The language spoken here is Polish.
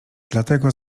dlatego